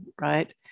right